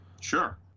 Sure